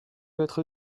votre